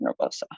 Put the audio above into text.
nervosa